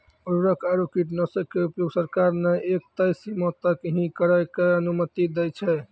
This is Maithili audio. उर्वरक आरो कीटनाशक के उपयोग सरकार न एक तय सीमा तक हीं करै के अनुमति दै छै